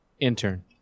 intern